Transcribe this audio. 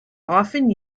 often